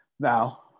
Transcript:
Now